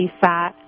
fat